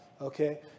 okay